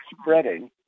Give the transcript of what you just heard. spreading